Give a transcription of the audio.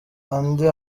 andi